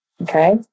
Okay